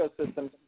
ecosystems